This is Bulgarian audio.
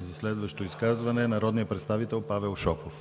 За следващо изказване – народният представител Павел Шопов.